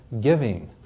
giving